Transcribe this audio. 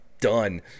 done